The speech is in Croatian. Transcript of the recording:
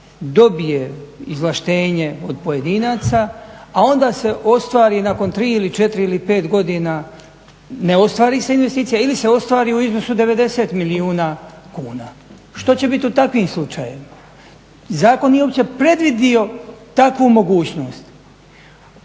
dobije izvlaštenje od pojedinaca, a onda se ostvari nakon 3 ili 4 ili 5 godina ne ostvari se investicija ili se ostvari u iznosu 90 milijuna kuna. Što će bit u takvim slučajevima? Zakon nije uopće predvidio takvu mogućnost.